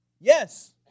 yes